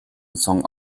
song